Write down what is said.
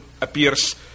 appears